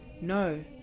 No